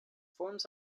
forms